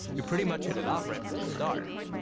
we pretty much hit it off right from the start.